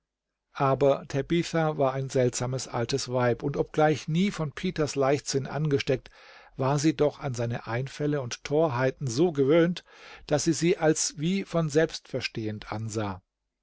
aber tabitha war ein seltsames altes weib und obgleich nie von peters leichsinn angesteckt war sie doch an seine einfälle und torheiten so gewöhnt daß sie sie als wie von selbstverstehend ansah